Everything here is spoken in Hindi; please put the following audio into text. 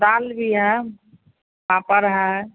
दाल भी है पापड़ है